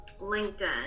LinkedIn